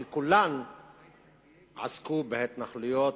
כי כולן עסקו בהתנחלויות,